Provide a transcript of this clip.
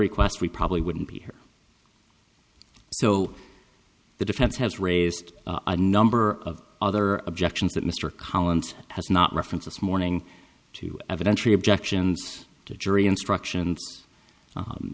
request we probably wouldn't be here so the defense has raised a number of other objections that mr collins has not reference this morning to evidentiary objections to jury instructions